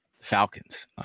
Falcons